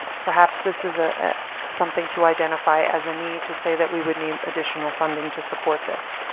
perhaps this is ah something to identify as a need to say that we would need additional funding to support this.